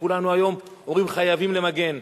שכולנו היום אומרים חייבים למגן.